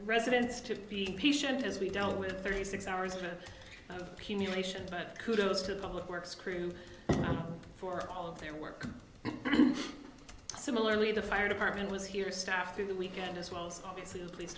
residents to be patient as we dealt with thirty six hours for humiliation but kudos to the public works crew for all of their work similarly the fire department was here staffing the weekend as well as obviously the police